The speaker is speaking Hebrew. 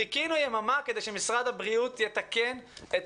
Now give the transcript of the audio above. חיכינו יממה כדי שמשרד הבריאות יתקן את